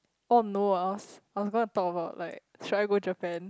oh no I was I was gonna talk about like should I go Japan